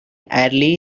early